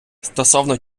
стосовно